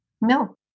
No